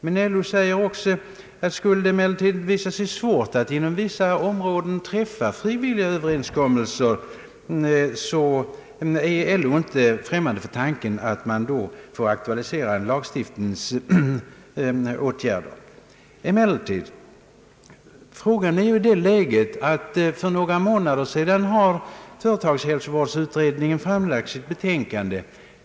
Men LO säger också: »Skulle det emellertid visa sig svårt att inom vissa områden träffa frivilliga överenskommelser», så är LO inte främmande för tan ken att man då får aktualisera lagstiftningsåtgärder. Frågan är nu i det läget att företagshälsovårdsutredningen för några månader sedan har framlagt sitt betänkande.